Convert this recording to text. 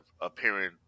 appearing